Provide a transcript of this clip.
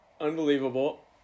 unbelievable